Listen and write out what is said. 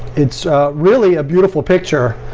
it's really a beautiful picture.